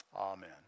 Amen